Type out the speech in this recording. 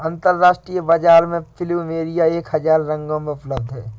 अंतरराष्ट्रीय बाजार में प्लुमेरिया एक हजार रंगों में उपलब्ध हैं